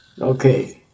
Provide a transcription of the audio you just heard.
Okay